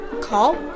Call